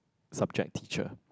subject teacher